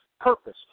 Purpose